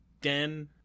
den